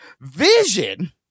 Vision